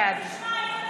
בעד תשמע,